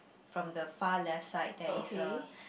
from the far left side there is a